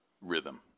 rhythm